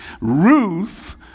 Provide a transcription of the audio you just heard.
Ruth